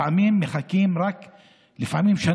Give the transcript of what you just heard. לפעמים מחכים שנה.